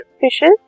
fishes